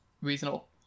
reasonable